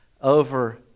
over